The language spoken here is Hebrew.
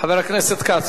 חבר הכנסת כץ,